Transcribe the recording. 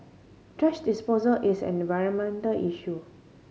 thrash disposal is an environmental issue